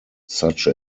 such